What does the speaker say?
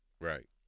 Right